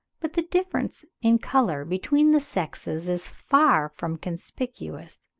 but the difference in colour between the sexes is far from conspicuous.